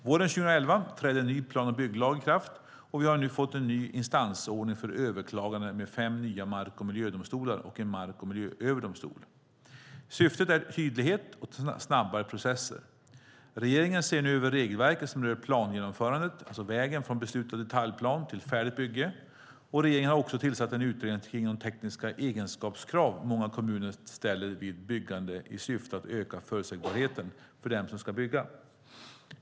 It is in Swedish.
Våren 2011 trädde en ny plan och bygglag i kraft, och vi har nu fått en ny instansordning för överklaganden med fem nya mark och miljödomstolar och en mark och miljööverdomstol. Syftet är tydlighet och snabbare processer. Regeringen ser nu över regelverket som rör plangenomförandet - vägen från beslutad detaljplan till färdigt bygge. Regeringen har också tillsatt en utredning kring de tekniska egenskapskrav som många kommuner ställer vid byggande i syfte att öka förutsägbarheten för dem som ska bygga.